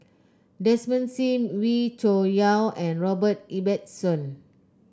Desmond Sim Wee Cho Yaw and Robert Ibbetson